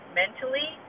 mentally